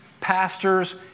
pastors